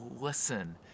listen